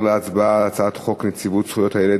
להצבעה על הצעת חוק נציבות זכויות הילד,